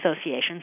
associations